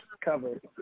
covered